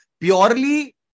purely